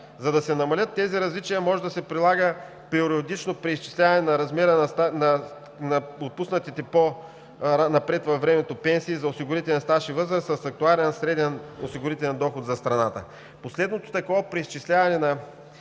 За да се намалят тези различия, може да се прилага периодично преизчисляване на размера на отпуснатите по-напред във времето пенсии за осигурителен стаж и възраст с актуален среден осигурителен доход за страната. Последното такова преизчисляване на